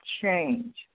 change